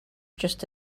just